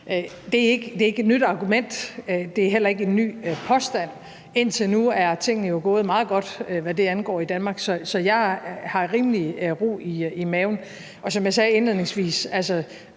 Det er ikke et nyt argument. Det er heller ikke en ny påstand. Indtil nu er tingene jo gået meget godt, hvad det angår, i Danmark. Så jeg har rimelig meget ro i maven. Som jeg sagde indledningsvis,